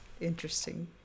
Interesting